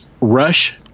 rush